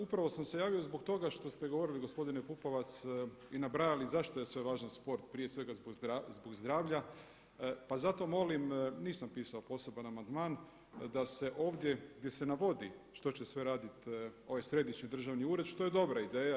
Upravo sam se javio zbog toga što ste govorili gospodine Pupovac i nabrajali zašto je sve važan sport, prije svega zbog zdravlja, pa zato molim, nisam pisao poseban amandman da se ovdje gdje se navodi što će sve radit ovaj središnji državni ured što je dobra ideja.